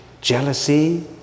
jealousy